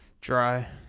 Dry